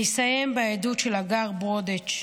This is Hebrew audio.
אני אסיים בעדות של הגר ברודץ',